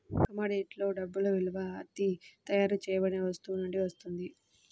కమోడిటీస్లో డబ్బు విలువ అది తయారు చేయబడిన వస్తువు నుండి వస్తుంది